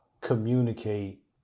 communicate